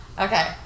Okay